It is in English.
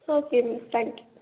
okay ma'am thank ma'am